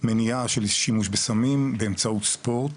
למניעה של שימוש בסמים באמצעות ספורט,